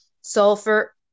sulfur